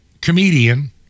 comedian